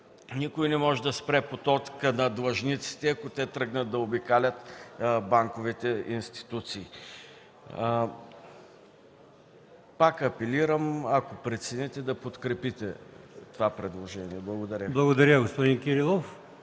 Никой не може да спре потока на длъжниците, ако тръгнат да обикалят банковите институции. Пак апелирам, ако прецените, да подкрепите това предложение. Благодаря. ПРЕДСЕДАТЕЛ АЛИОСМАН